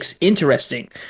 interesting